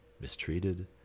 mistreated